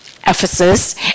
Ephesus